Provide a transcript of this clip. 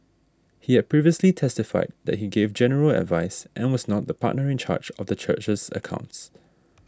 he had previously testified that he gave general advice and was not the partner in charge of the church's accounts